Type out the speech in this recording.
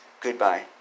Goodbye